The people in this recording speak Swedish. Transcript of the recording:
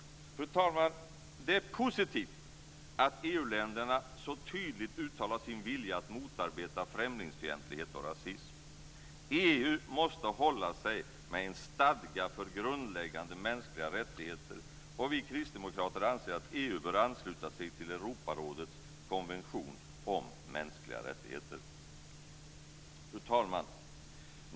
Fru talman! Det är positivt att EU-länderna så tydligt uttalar sin vilja att motarbeta främlingsfientlighet och rasism. EU måste hålla sig med en stadga för grundläggande mänskliga rättigheter, och vi kristdemokrater anser att EU bör ansluta sig till Europarådets konvention om mänskliga rättigheter. Fru talman!